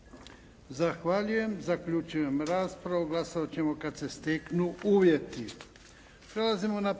Zahvaljujem. Zaključujem raspravu. Glasovat ćemo kad se steknu uvjeti. Prelazimo na 5.